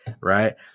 right